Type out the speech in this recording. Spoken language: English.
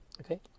okay